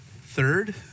Third